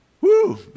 Woo